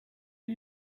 are